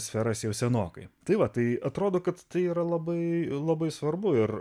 sferas jau senokai tai va tai atrodo kad tai yra labai labai svarbu ir